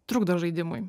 trukdo žaidimui